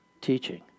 teaching